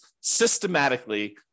systematically